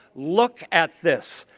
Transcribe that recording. look at this.